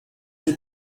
die